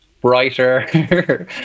brighter